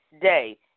day